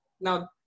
Now